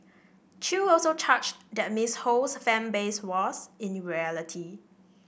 chew also charged that Ms Ho's fan base was in reality